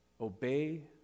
obey